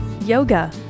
yoga